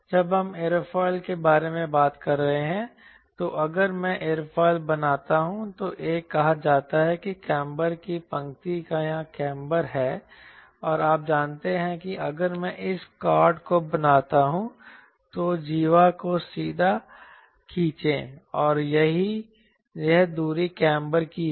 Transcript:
जब हम एयरोफिल के बारे में बात कर रहे हैं तो अगर मैं एयरोफिल बनाता हूं तो एक कहा जाता था कि काम्बर की पंक्ति या काम्बर है और आप जानते हैं कि अगर मैं इस कार्ड को बनाता हूँ तो जीवा को सीधा खींचें और यह दूरी काम्बर की है